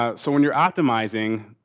um so, when you're optimizing,